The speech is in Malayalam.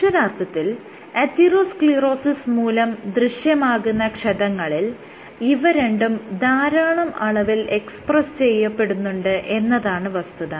അക്ഷരാർത്ഥത്തിൽ അതിറോസ്ക്ളീറോസിസ് മൂലം ദൃശ്യമാകുന്ന ക്ഷതങ്ങളിൽ ഇവ രണ്ടും ധാരാളം അളവിൽ എക്സ്പ്രസ് ചെയ്യപ്പെടുന്നുണ്ട് എന്നതാണ് വസ്തുത